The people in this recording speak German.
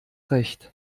recht